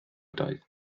ydoedd